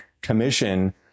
commission